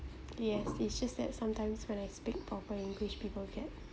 yes it's just that sometimes when I speak proper english people get